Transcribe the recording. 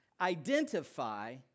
identify